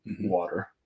water